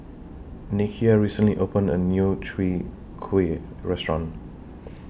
Nikia recently opened A New Chwee Kueh Restaurant